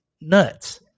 nuts